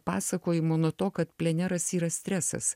pasakojimų nuo to kad pleneras yra stresas